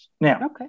Now